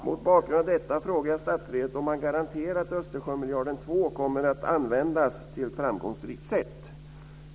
Mot bakgrunden av det frågar jag statsrådet om han garanterar att Östersjömiljarden 2 kommer att användas på ett framgångsrikt sätt.